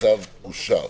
הצו אושר.